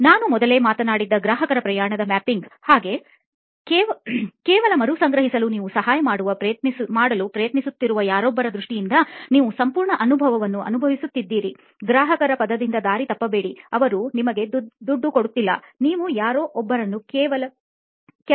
ನಾನು ಮೊದಲೇ ಮಾತನಾಡುತ್ತಿದ್ದ ಗ್ರಾಹಕ ಪ್ರಯಾಣದ ಮ್ಯಾಪಿಂಗ್ ಹಾಗೆ ಕೇವಲ ಮರುಸಂಗ್ರಹಿಸಲು ನೀವು ಸಹಾಯ ಮಾಡಲು ಪ್ರಯತ್ನಿಸುತ್ತಿರುವ ಯಾರೊಬ್ಬರ ದೃಷ್ಟಿಯಿಂದ ನೀವು ಸಂಪೂರ್ಣ ಅನುಭವವನ್ನು ಅನುಭವಿಸುತ್ತಿದ್ದೀರಿಗ್ರಾಹಕ ಪದದಿಂದ ದಾರಿ ತಪ್ಪಬೇಡಿ ಅವರು ನಿಮಗೆ ದುಡ್ಡುಕೊಡುತ್ತಿಲ್ಲ ನೀವು ಯಾರೋ ಒಬ್ಬರನ್ನು ಕೆಲವು ರೀತಿಯಲ್ಲಿ ಸಹಾಯ ಮಾಡಲು ಬಯಸುವಿರಿ